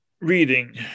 reading